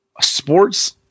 sports